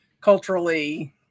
culturally